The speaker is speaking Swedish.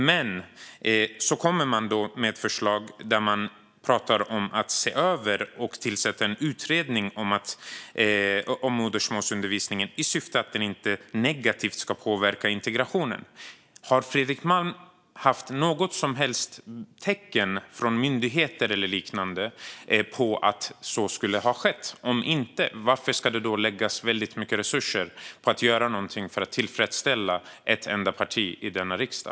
Och så kommer man med ett förslag där man pratar om att se över och tillsätta en utredning om modersmålsundervisningen i syfte att den inte negativt ska påverka integrationen. Har Fredrik Malm sett något som helst tecken från myndigheter eller liknande på att så skulle ha skett? Om inte, varför ska det läggas väldigt mycket resurser på att göra någonting för att tillfredsställa ett enda parti i denna riksdag?